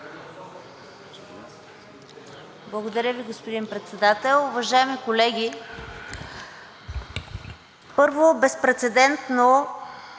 Благодаря Ви, господин Председател. Уважаеми колеги! Първо, безпрецедентно